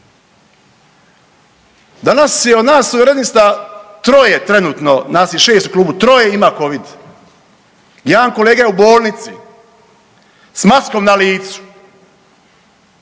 Danas je od nas suverenista troje trenutno, nas je 6 u klubu, troje ima covid. Jedan kolega je u bolnici s maskom na licu,